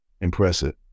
impressive